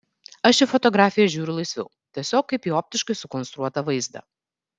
aš į fotografiją žiūriu laisviau tiesiog kaip į optiškai sukonstruotą vaizdą